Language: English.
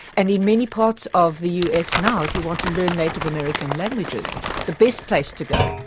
and in many parts of the us now if you want to learn native american languages the best place to go,